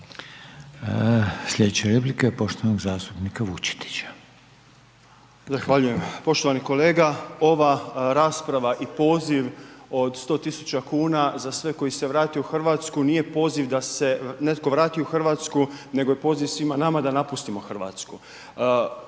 Slijedeće replike poštovanog zastupnika Vučetića. **Vučetić, Marko (Nezavisni)** Zahvaljujem. Poštovani kolega, ova rasprava i poziv od 100.000,00 kn za sve koji se vrate u RH nije poziv da se netko vrati u RH nego je poziv svima nama da napustimo RH.